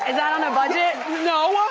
and that on a budget? no.